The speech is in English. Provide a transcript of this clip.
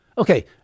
Okay